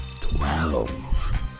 twelve